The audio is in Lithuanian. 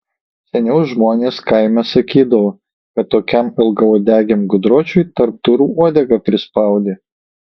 seniau žmonės kaime sakydavo kad tokiam ilgauodegiam gudročiui tarp durų uodegą prispaudė